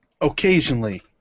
Occasionally